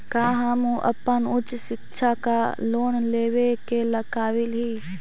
का हम अपन उच्च शिक्षा ला लोन लेवे के काबिल ही?